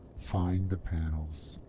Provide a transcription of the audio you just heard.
find the panels,